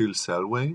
פיל סלוואי,